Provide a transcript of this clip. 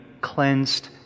cleansed